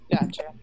Gotcha